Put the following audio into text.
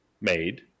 made